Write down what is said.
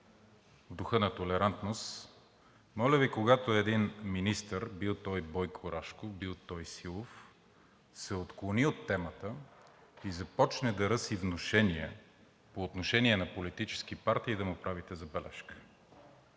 в духа на толерантността: моля Ви, когато един министър – бил той Бойко Рашков, бил той силов, се отклони от темата и започне да ръси внушения по отношение на политически партии, да му правите забележка.